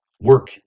Work